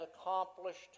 accomplished